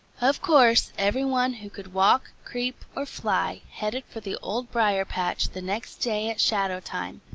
of course, every one who could walk, creep, or fly headed for the old briar-patch the next day at shadow-time,